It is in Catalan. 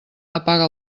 apaga